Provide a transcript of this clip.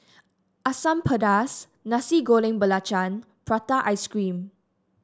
Asam Pedas Nasi Goreng Belacan Prata Ice Cream